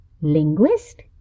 Linguist